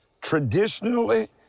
Traditionally